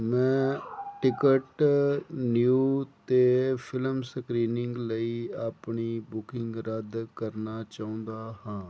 ਮੈਂ ticket new 'ਤੇ film screening ਲਈ ਆਪਣੀ ਬੁਕਿੰਗ ਰੱਦ ਕਰਨਾ ਚਾਹੁੰਦਾ ਹਾਂ